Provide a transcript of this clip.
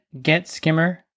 getSkimmer